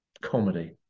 comedy